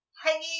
Hanging